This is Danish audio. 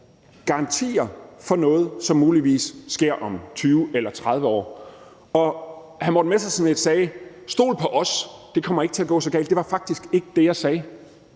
garantier for noget, som muligvis sker om 20 eller 30 år. Hr. Morten Messerschmidt sagde, at jeg sagde: Stol på os, det kommer ikke til at gå så galt. Det var faktisk ikke det, jeg sagde.